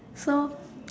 so